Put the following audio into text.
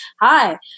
hi